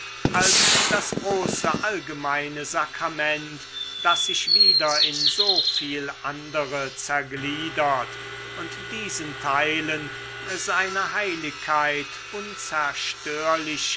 als das große allgemeine sakrament das sich wieder in so viel andere zergliedert und diesen teilen seine heiligkeit unzerstörlichkeit